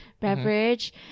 beverage